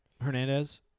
Hernandez